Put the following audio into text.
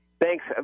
Thanks